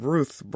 Ruth